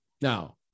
Now